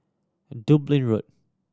Dublin Road